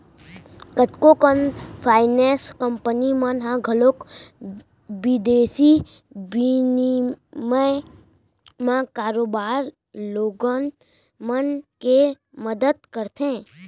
कतको कन finance company मन ह घलौक बिदेसी बिनिमय म बरोबर लोगन मन के मदत करथे